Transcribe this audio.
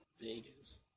Vegas